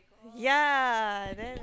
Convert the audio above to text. ya then